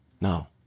No